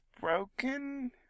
broken